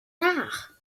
nach